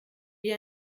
wie